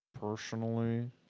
Personally